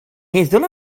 meddwl